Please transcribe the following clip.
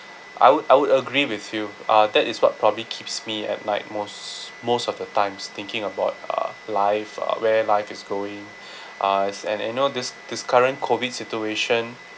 I would I would agree with you uh that is what probably keeps me at night most most of the times thinking about uh life uh where life is going uh and I know this this current COVID situation